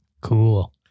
Cool